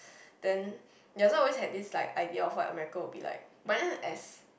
then ya so I always had this like idea of what America will be like but then as